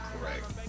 Correct